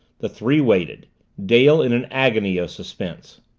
the three waited dale in an agony of suspense.